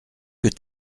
que